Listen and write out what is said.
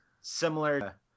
similar